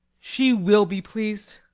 she will be pleas'd